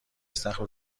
استخر